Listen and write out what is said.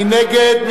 מי נגד?